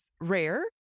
rare